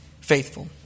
faithful